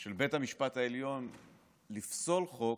של בית המשפט העליון לפסול חוק,